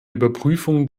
überprüfung